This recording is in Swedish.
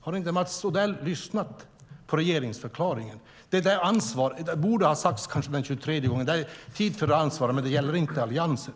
Har Mats Odell inte lyssnat på regeringsförklaringen? Det borde kanske sägas en tjugotredje gång. Det är tid för ansvar, men det gäller tydligen inte Alliansen.